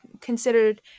considered